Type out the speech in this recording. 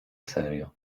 serio